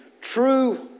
true